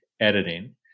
editing